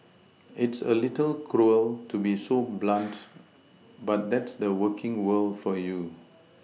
it's a little cruel to be so blunt but that's the working world for you